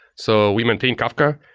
so we maintain kafka.